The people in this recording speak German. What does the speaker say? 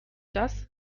das